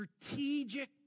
strategic